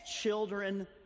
Children